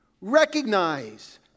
Recognize